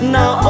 Now